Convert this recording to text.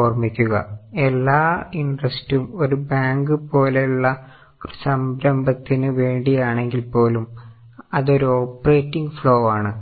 ഓർമ്മിക്കുക എല്ലാ ഇഡ്രെസ്റ്റും ഒരു ബാങ്ക് പോലുള്ള ഒരു സംരംഭത്തിന് വേണ്ടിയാണെങ്കിൽ പോലും അത് ഒരു ഓപ്പറേറ്റിംഗ് ഫ്ളോ ആണ്